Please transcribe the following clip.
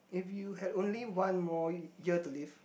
if you have only one more year to live